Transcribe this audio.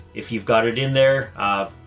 if you've got it in there, ah,